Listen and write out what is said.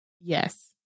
Yes